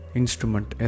instrument